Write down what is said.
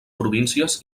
províncies